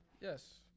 Yes